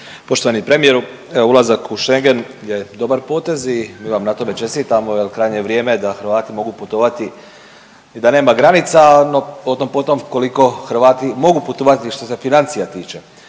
Poštovani premijeru, e ulazak u Schengen je dobar potez i mi vam na tome čestitamo jel krajnje je vrijeme da Hrvati mogu putovati i da nema granica, no o tom potom koliko Hrvati mogu putovati što se financija tiče.